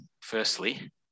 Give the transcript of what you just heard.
Firstly